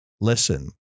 Listen